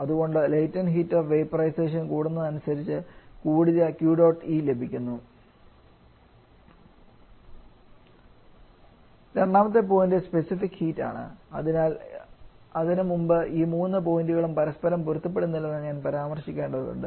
അതുകൊണ്ട് latent heat of vaporisation കൂടന്നതനുസരിച്ച് കൂടിയ QdotE ലഭിക്കുന്നു രണ്ടാമത്തെ പോയിന്റ് സ്പെസിഫിക് ഹീറ്റ് ആണ് എന്നാൽ അതിനുമുമ്പ് ഈ മൂന്ന് പോയിന്റുകളും പരസ്പരം പൊരുത്തപ്പെടുന്നില്ലെന്ന് ഞാൻ പരാമർശിക്കേണ്ടതുണ്ട്